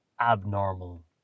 abnormal